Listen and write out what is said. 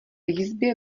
jizbě